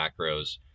macros